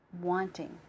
wanting